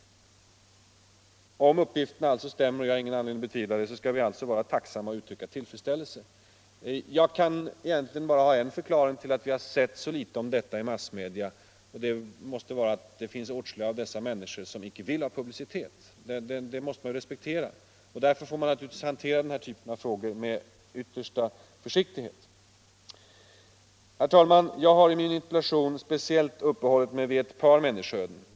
Om uppgiften stämmer, och jag har ingen anledning betvivla det, skall vi vara tacksamma och uttrycka tillfredsställelse. Jag har egentligen bara en förklaring till att vi sett så litet om detta i massmedia: 55 att åtskilliga av dessa människor inte vill ha publicitet. Det måste man respektera, och därför får man lov att hantera den här typen av frågor med yttersta försiktighet. Herr talman! Jag har i min interpellation speciellt uppehållit mig vid ett par människoöden.